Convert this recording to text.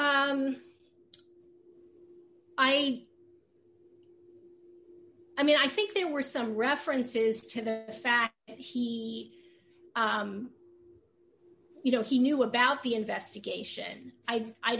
made i mean i think there were some references to the fact that he you know he knew about the investigation i